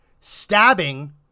Stabbing